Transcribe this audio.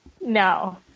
No